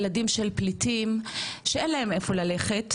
ילדים של פליטים שאין להם איפה ללכת,